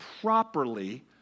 properly